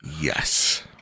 yes